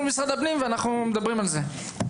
מול משרד הפנים ואנחנו מדברים על זה.